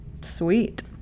Sweet